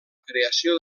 creació